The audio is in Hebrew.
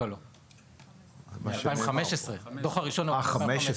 לא, 2015. הדו"ח הראשון הוא מ-2015.